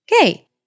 Okay